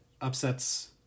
upsets